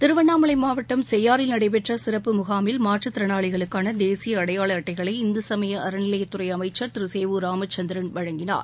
திருவண்ணாமலை மாவட்டம் செய்யாறில் நடைபெற்ற சிறப்பு முகாமில் மாற்றுத்திறனாளிகளுக்கான தேசிய அடையாள அட்டைகளை இந்து சமய அறநிலையத்துறை அமைச்சர் திரு சேவூர் ராமச்சந்திரன் வழங்கினார்